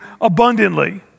abundantly